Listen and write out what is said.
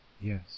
Yes